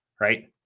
right